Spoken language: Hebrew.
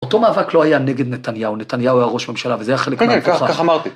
‫אותו מאבק לא היה נגד נתניהו, ‫נתניהו היה ראש ממשלה, ‫וזה היה חלק מההתוכחות. ‫-כן, כן, ככה אמרתי.